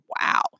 wow